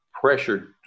pressured